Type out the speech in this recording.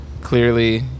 Clearly